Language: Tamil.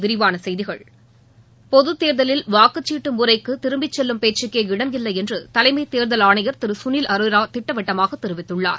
விரிவான செய்திகள் பொதுத் தேர்தலில் வாக்குச்சீட்டு முறைக்கு திரும்பிச் செல்லும் பேச்சுக்கே இடமில்லை என்று தலைமை தேர்தல் ஆணையர் திரு சுனில் அரோரா திட்டவட்டமாக தெரிவித்துள்ளார்